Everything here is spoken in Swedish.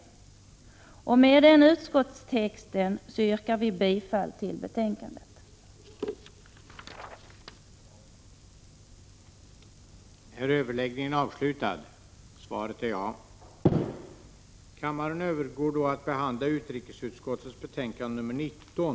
Mot bakgrund av denna utskottstext yrkar jag bifall till hemställan i betänkandet.